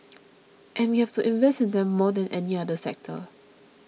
and we have to invest in them more than any other sector